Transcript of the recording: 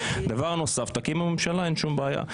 דבר נוסף, תקימו ממשלה, אין שום בעיה.